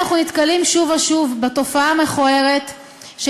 אנחנו נתקלים שוב ושוב בתופעה המכוערת של